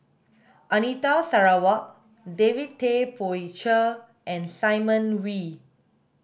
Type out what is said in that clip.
Anita Sarawak David Tay Poey Cher and Simon Wee